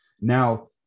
Now